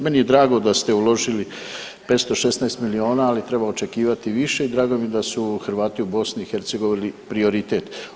Meni je drago da ste uložili 516 miliona ali treba očekivati više i drago mi je da su Hrvati u BiH prioritet.